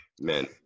men